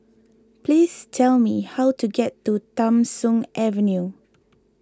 please tell me how to get to Tham Soong Avenue